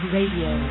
Radio